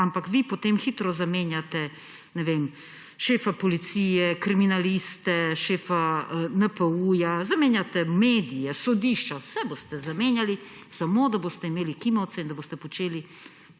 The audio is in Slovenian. ampak vi potem hitro zamenjate, ne vem, šefa policije, kriminaliste, šefa NPU-ja, zamenjate medije, sodišča, vse boste zamenjali, samo da boste imeli kimavce in da boste počeli,